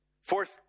Fourth